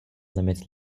limits